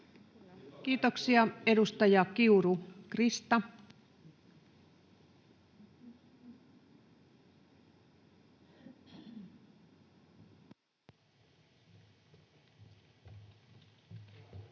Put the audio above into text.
Kiitoksia. — Edustaja Kiuru, Krista. Arvoisa